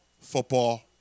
football